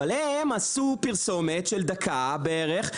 אבל הם עשו פרסומת של דקה בערך,